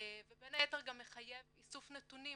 ובין היתר גם מחייב איסוף נתונים.